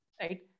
right